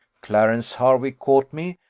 clarence hervey caught me,